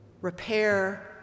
repair